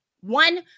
One